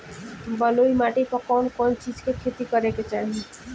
बलुई माटी पर कउन कउन चिज के खेती करे के चाही?